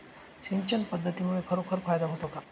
सिंचन पद्धतीमुळे खरोखर फायदा होतो का?